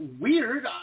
weird